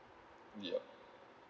yup